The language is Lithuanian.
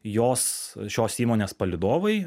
jos šios įmonės palydovai